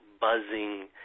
buzzing